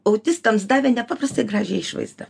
autistams davė nepaprastai gražią išvaizdą